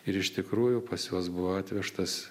ir iš tikrųjų pas juos buvo atvežtas